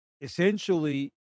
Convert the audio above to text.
essentially